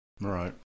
Right